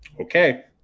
Okay